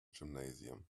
gymnasium